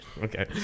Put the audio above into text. Okay